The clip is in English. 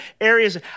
areas